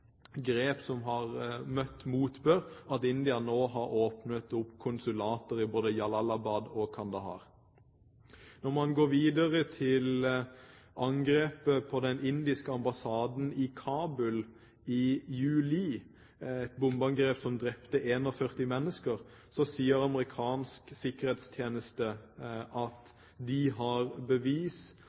grep som har møtt motbør, at India nå har åpnet konsulater i både Jalalabad og Kandahar. Når man videre ser på angrepet på den indiske ambassaden i Kabul i juli, et bombeangrep som drepte 41 mennesker, sier amerikansk sikkerhetstjeneste at de har bevis